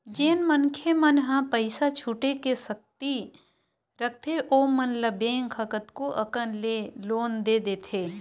जेन मनखे मन ह पइसा छुटे के सक्ति रखथे ओमन ल बेंक ह कतको अकन ले लोन दे देथे